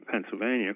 Pennsylvania